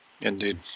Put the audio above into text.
Indeed